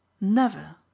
never